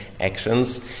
actions